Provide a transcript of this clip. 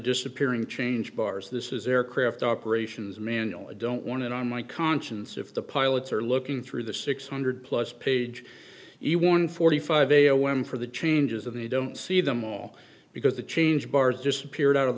disappearing change bars this is aircraft operations manual i don't want it on my conscience if the pilots are looking through the six hundred dollars plus page he one forty five am for the changes of the don't see them all because the change bars disappeared out of